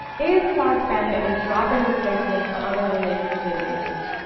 is cloud spanner a drop-in replacement for other relational databases?